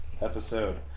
episode